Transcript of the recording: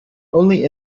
only